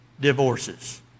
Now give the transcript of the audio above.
divorces